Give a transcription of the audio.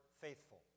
faithful